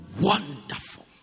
wonderful